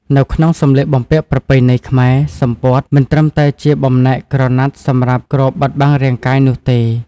នៅក្នុងសម្លៀកបំពាក់ប្រពៃណីខ្មែរ សំពត់ មិនត្រឹមតែជាបំណែកក្រណាត់សម្រាប់គ្របបិទបាំងរាងកាយនោះទេ។